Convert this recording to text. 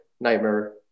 Nightmare